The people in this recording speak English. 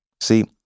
See